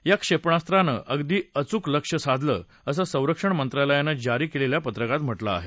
या क्षेपणास्त्रानं अगदी अचूक लक्ष्य साधलं असं संरक्षण मंत्रालयानं जारी क्लिल्या पत्रकात म्हातिं आहे